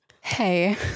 Hey